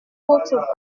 votre